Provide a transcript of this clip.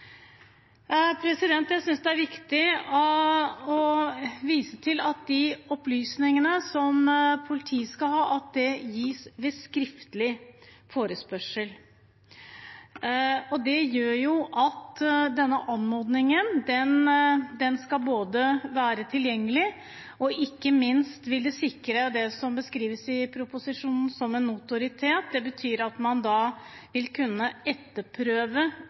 Jeg synes det er viktig å vise til at de opplysninger som politiet skal ha, skal gis ved skriftlig forespørsel. Det gjør at denne anmodningen skal være tilgjengelig, og ikke minst vil den sikre det som beskrives i proposisjonen som en notoritet. Det betyr at man vil kunne etterprøve